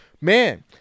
man